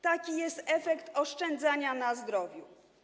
Taki jest efekt oszczędzania na zdrowiu.